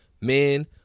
men